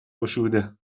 گشوده